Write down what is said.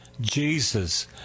Jesus